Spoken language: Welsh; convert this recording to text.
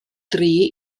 dri